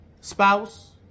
spouse